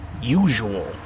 usual